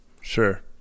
Sure